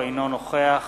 אינו נוכח